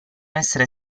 essere